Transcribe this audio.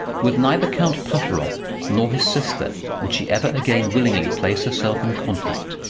with neither count pateroff nor his sister would she ever again willingly place herself in contact.